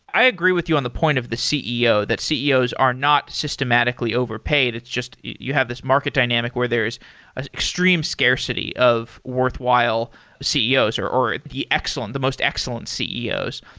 i agree with you on the point of the ceo, that ceos are not systematically overpaid. it's just you have this market dynamic where there is ah extreme scarcity of worthwhile ceos or or the excellent, the most excellent ceos.